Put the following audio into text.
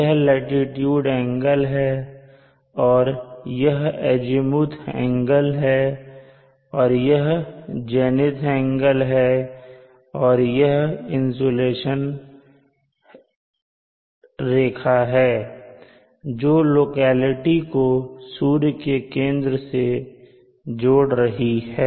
यह latitude angle ϕ है और यह एजीमूथ एंगल है और यह जेनिथ एंगल है और यह इंसुलेशन रेखा है जो लोकेलिटी को सूर्य के केंद्र से जोड़ रही है